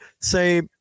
say